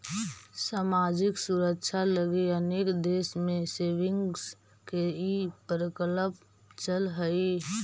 सामाजिक सुरक्षा लगी अनेक देश में सेविंग्स के ई प्रकल्प चलऽ हई